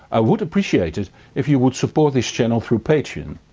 i would appreciate it if you would support this channel through patreon.